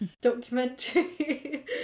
documentary